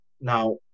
Now